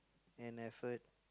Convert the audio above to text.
and effort